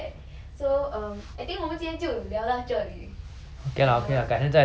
okay lah okay lah 改天再聊 lor bye bye